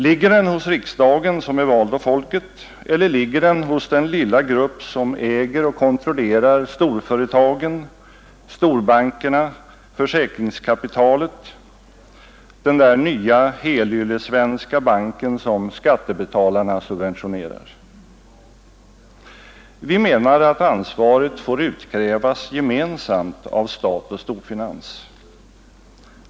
Ligger den hos riksdagen som är vald av folket eller ligger den hos den lilla grupp som äger och kontrollerar storföretagen, storbankerna och försäkringskapitalet, bl.a. den där nya helyllesvenska banken som skattebetalarna subventionerar? Vi menar att ansvaret får utkrävas gemensamt hos stat och storfinans.